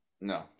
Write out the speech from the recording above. No